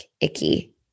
icky